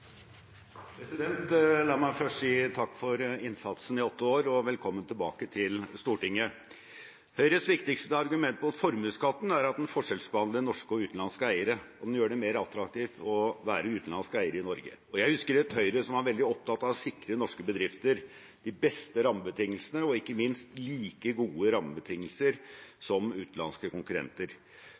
La meg først si takk for innsatsen i åtte år – og velkommen tilbake til Stortinget. Høyres viktigste argument mot formuesskatten er at den forskjellsbehandler norske og utenlandske eiere, og den gjør det mer attraktivt å være utenlandsk eier i Norge. Jeg husker et Høyre som var veldig opptatt av å sikre norske bedrifter de beste rammebetingelsene, og ikke minst like gode rammebetingelser som utenlandske konkurrenter,